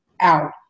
out